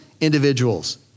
individuals